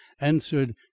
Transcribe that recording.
answered